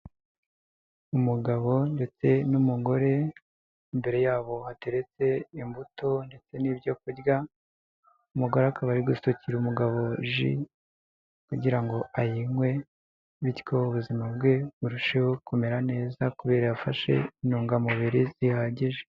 Umugabo ndetse n'umugore imbere yabo hateretse imbuto ndetse n ibyo kurya, umugore akaba gusukira umugabo ji kugira ngo ayinywe, bityo ubuzima bwe burusheho kumera neza kubera yafashe intungamubiri zihagije.